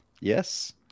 Yes